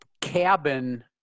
cabin